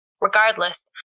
Regardless